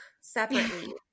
separately